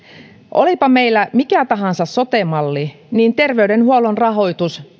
olipa meillä mikä tahansa sote malli niin terveydenhuollon rahoitus